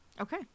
Okay